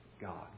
God